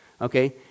Okay